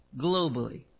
globally